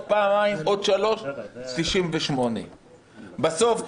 עוד פעמיים ועוד שלוש את סעיף 98. בסוף,